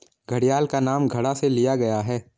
घड़ियाल का नाम घड़ा से लिया गया है